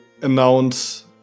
announce